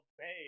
pay